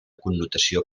connotació